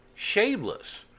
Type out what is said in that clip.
Shameless